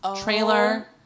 trailer